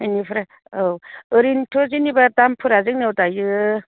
बेनिफ्राय औ ओरैनोथ' जेनेबा दामफोरा जोंनियाव दायो